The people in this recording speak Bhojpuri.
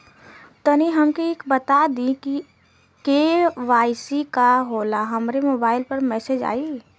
तनि हमके इ बता दीं की के.वाइ.सी का होला हमरे मोबाइल पर मैसेज आई?